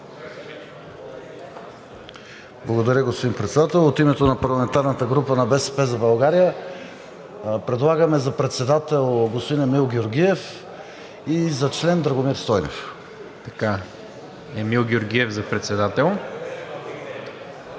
Благодаря, господин Председател. От името на парламентарната група на „БСП за България“ предлагаме за председател господин Емил Георгиев и за член Драгомир Стойнев. ПРЕДСЕДАТЕЛ НИКОЛА